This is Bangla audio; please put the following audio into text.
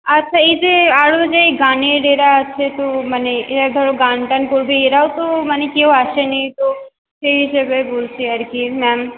আচ্ছা এই যে আরও যে গানের এরা আছে তো মানে এরা ধর গান টান করবে এরাও তো মানে কেউ আসেনি তো সেই হিসেবে বলছি আর কি ম্যাম